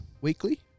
weekly